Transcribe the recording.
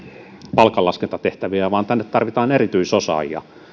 palkanlaskentatehtäviä vaan tänne tarvitaan erityisosaajia